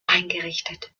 eingerichtet